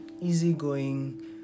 easygoing